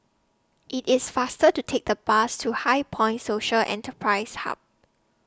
IT IS faster to Take The Bus to HighPoint Social Enterprise Hub